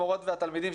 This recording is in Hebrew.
המורים והתלמידים,